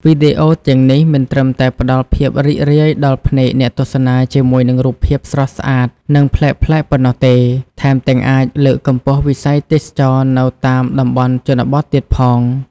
វីដេអូទាំងនេះមិនត្រឹមតែផ្តល់ភាពរីករាយដល់ភ្នែកអ្នកទស្សនាជាមួយនឹងរូបភាពស្រស់ស្អាត និងប្លែកៗប៉ុណ្ណោះទេ ថែមទាំងអាចលើកកម្ពស់វិស័យទេសចរណ៍នៅតាមតំបន់ជនបទទៀតផង។